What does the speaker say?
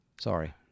sorry